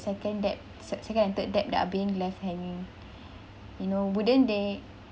second debt se~ second and third debt that are being left hanging you know wouldn't they